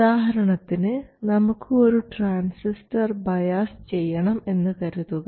ഉദാഹരണത്തിന് നമുക്ക് ഒരു ട്രാൻസിസ്റ്റർ ബയാസ് ചെയ്യണം എന്ന് കരുതുക